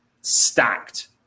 stacked